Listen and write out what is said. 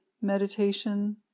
meditation